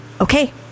Okay